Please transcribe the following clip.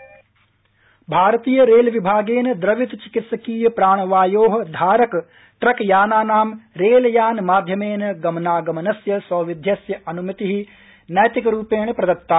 railway परिवहन रेलविभागेन द्रवित चिकित्सकीय प्राणावायो भारतीय धारक ट्कयानानां रेलयानमाध्यमेन गमनागमनस्य सौविध्यस्य अनुमति नैतिकरूपेण प्रदत्ता